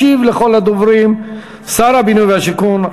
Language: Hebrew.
ישיב לכל הדוברים שר הבינוי והשיכון,